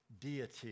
deity